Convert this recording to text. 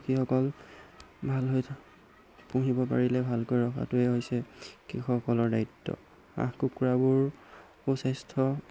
যিসকল ভাল হৈ পুহিব পাৰিলে ভালকৈ ৰখাটোৱে হৈছে কৃষকসকলৰ দায়িত্ব হাঁহ কুকুৰাবোৰ সুস্বাস্থ্য